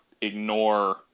ignore